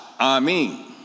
Amen